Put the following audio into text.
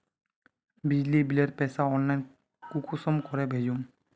बिजली बिलेर पैसा ऑनलाइन कुंसम करे भेजुम?